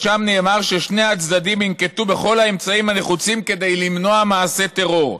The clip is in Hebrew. ששם נאמר ששני הצדדים ינקטו את כל האמצעים הנחוצים כדי למנוע מעשי טרור,